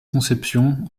conceptions